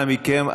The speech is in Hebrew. אנא מכם,